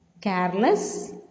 Careless